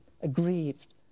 aggrieved